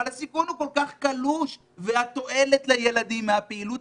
אבל הסיכוי הוא כל כך קלוש והתועלת לילדים מהפעילות